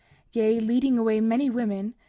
yea, leading away many women,